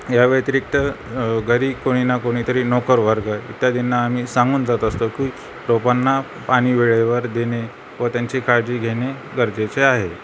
याव्यतिरिक्त घरी कोणी ना कोणीतरी नोकर वर्ग इत्यादींना आम्ही सांगून जात असतो की रोपांना पाणी वेळेवर देणे व त्यांची काळजी घेणे गरजेचे आहे